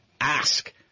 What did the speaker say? ask